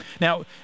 Now